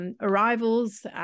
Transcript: arrivals